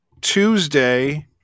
Tuesday